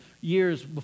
years